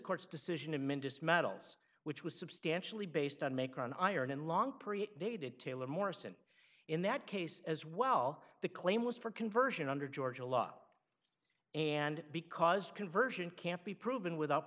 court's decision to mendus metals which was substantially based on make on iron in long period dated taylor morrison in that case as well the claim was for conversion under georgia law and because conversion can't be proven without